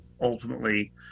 ultimately